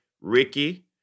Ricky